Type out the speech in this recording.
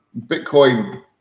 Bitcoin